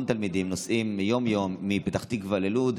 תלמידים נוסעים יום-יום מפתח תקווה ללוד,